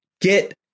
get